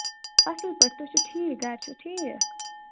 اَصٕل پٲٹھۍ تُہۍ چھِو ٹھیٖک گَرِ چھِو ٹھیٖک